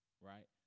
Right